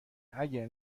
اگه